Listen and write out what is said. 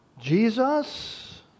Jesus